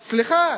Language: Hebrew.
סליחה.